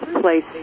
place